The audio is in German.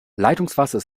leitungswasser